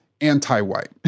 anti-white